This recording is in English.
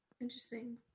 Interesting